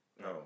no